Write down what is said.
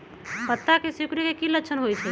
पत्ता के सिकुड़े के की लक्षण होइ छइ?